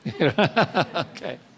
Okay